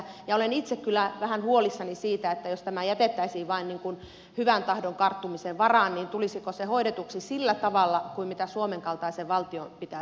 ja olen itse kyllä vähän huolissani siitä että jos tämä jätettäisiin vain hyvän tahdon karttumisen varaan niin tulisiko se hoidetuksi sillä tavalla kuin suomen kaltaisen valtion pitää sitä hoitaa